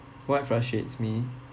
what frustrates me